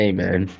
Amen